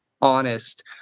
honest